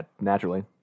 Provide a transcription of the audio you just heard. Naturally